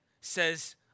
says